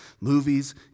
movies